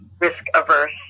risk-averse